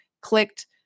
clicked